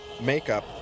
makeup